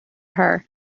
her